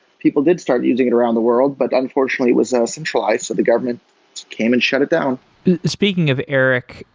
people did start using it around the world, but unfortunately was a centralized, so the government came and shut it down speaking of erik,